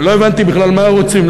אני לא הבנתי בכלל מה רוצים,